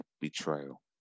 betrayal